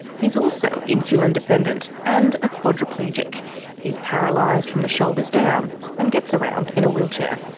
he's also insulin-dependent, and a quadriplegic he's paralysed from the shoulders down and gets around in a wheelchair.